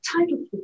title